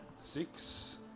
Six